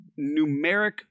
numeric